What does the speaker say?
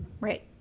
right